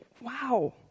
Wow